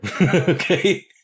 Okay